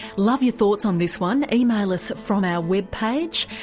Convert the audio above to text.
love your thoughts on this one, email us from our web page,